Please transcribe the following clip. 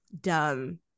dumb